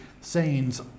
sayings